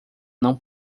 não